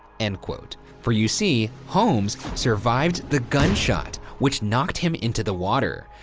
and for you see, holmes survived the gunshot, which knocked him into the water,